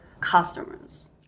customers